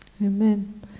Amen